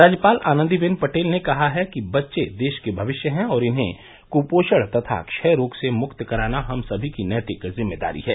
राज्यपाल आनंदीबेन पटेल ने कहा है कि बच्चे देश के भविष्य हैं और इन्हें कुपोषण तथा क्षय रोग से मुक्त कराना हम सभी की नैतिक जिम्मेदारी है